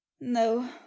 no